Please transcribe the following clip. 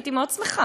הייתי מאוד שמחה,